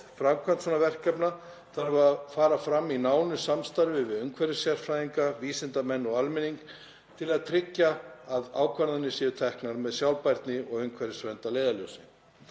Framkvæmd verkefna þarf að fara fram í nánu samstarfi við umhverfissérfræðinga, vísindamenn og almenning til að tryggja að ákvarðanir séu teknar með sjálfbærni og umhverfisvernd að leiðarljósi.